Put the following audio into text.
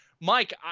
Mike